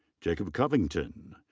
jacob covington.